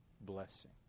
blessing